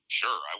sure